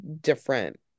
different